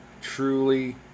truly